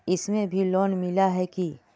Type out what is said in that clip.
इसमें भी लोन मिला है की